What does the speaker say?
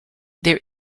there